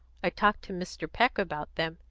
i talked to mr. peck about them.